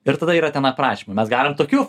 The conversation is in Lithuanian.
ir tada yra ten aprašymų mes galim tokiu